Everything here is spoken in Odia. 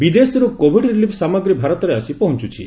ବିଦେଶରୁ କୋଭିଡ୍ ରିଲିଫ୍ ସାମଗ୍ରୀ ଭାରତରେ ଆସି ପହଞ୍ଚୁଛି